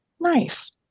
Nice